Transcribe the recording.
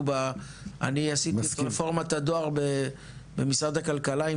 אני עשיתי את רפורמת הדואר במשרד הכלכלה עם